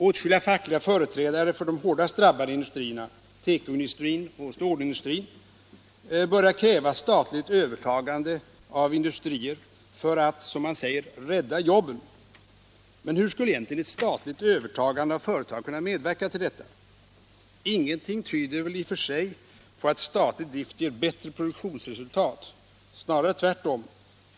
Åtskilliga fackliga företrädare för de hårdast drabbade industrierna — tekoindustrin och stålindustrin — börjar kräva statligt övertagande av industrier för att, som man säger, rädda jobben. Men hur skulle egentligen ett statligt övertagande av företag kunna medverka till detta? Ingenting tyder väl i och för sig på att statlig drift ger bättre produktionsresultat — snarare tvärtom.